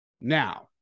Now